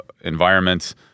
environments